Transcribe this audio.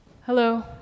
Hello